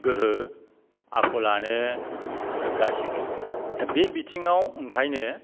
गोहो आखलानो गासिबो दा बे बिथिङाव ओंखायनो